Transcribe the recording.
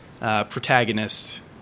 protagonist